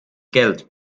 geld